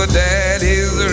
daddy's